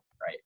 right